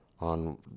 on